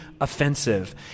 offensive